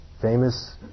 famous